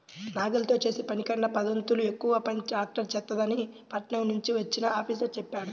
నాగలితో చేసే పనికన్నా పదొంతులు ఎక్కువ పని ట్రాక్టర్ చేత్తదని పట్నం నుంచి వచ్చిన ఆఫీసరు చెప్పాడు